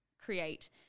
create